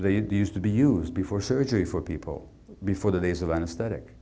they'd used to be used before surgery for people before the days of anesthetic